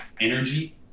energy